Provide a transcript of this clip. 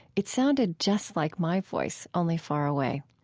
it sounded just like my voice, only far away.